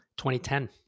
2010